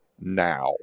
now